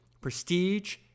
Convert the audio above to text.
Prestige